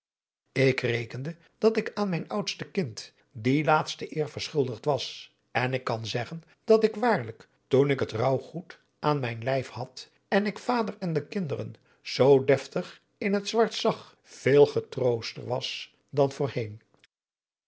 ik rekende dat ik aan mijn oudste kind die laatste eer verschuldigd was en ik kan zeggen dat ik waarlijk toen ik het rouwgoed aan mijn lijf had en ik vader en de kinderen zoo deftig in het zwart zag veel getrooste was dan voorheen